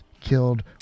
killed